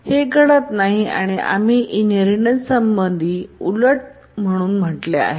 हे घडत नाही आणि आम्ही इनहेरिटेन्स संबंधित उलट म्हणून म्हटले आहे